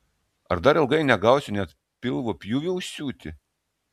ar dar ilgai negausiu net pilvo pjūvio užsiūti